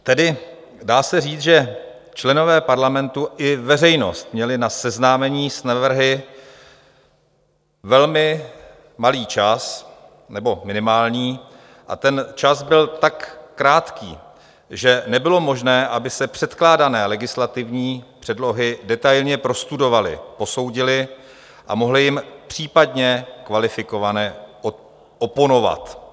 Tedy dá se říct, že členové parlamentu i veřejnost měli na seznámení s návrhy velmi malý čas, nebo minimální, a ten čas byl tak krátký, že nebylo možné, aby se předkládané legislativní předlohy detailně prostudovaly, posoudily a mohlo se jim případně kvalifikované oponovat.